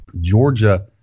Georgia